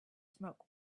smoke